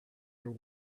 are